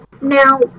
Now